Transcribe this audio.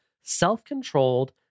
self-controlled